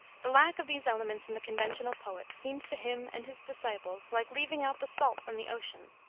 the lack of these elements in the conventional poets seems to him and his disciples like leaving out the salt from the ocean,